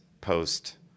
post